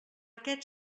aquest